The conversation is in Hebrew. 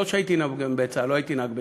לא שהייתי נהג בצה"ל, לא הייתי נהג בצה"ל,